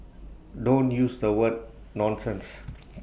don't use the word nonsense